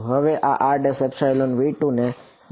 હા rV2 તે બદલાતું નથી